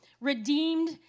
redeemed